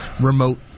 remote